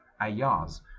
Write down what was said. Ayaz